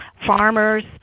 farmers